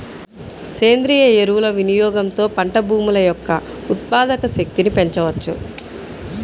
సేంద్రీయ ఎరువుల వినియోగంతో పంట భూముల యొక్క ఉత్పాదక శక్తిని పెంచవచ్చు